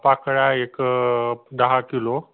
पाकळ्या एक दहा किलो